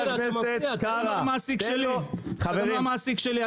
גם המעסיק שלי.